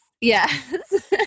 Yes